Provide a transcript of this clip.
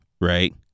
right